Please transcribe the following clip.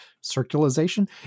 circulation